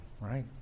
right